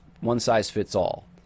one-size-fits-all